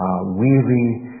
weary